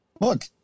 look